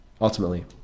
ultimately